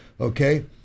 Okay